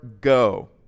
go